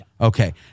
Okay